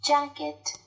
Jacket